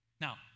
Now